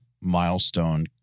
milestone